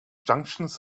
junctions